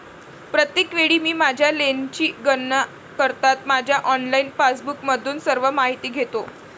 प्रत्येक वेळी मी माझ्या लेनची गणना करताना माझ्या ऑनलाइन पासबुकमधून सर्व माहिती घेतो